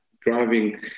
driving